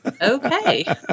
Okay